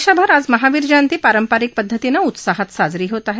देशभर आज महावीर जयंती पारंपारिक पद्धतीनं उत्साहात साजरी होत आहे